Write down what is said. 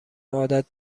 عادت